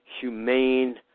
humane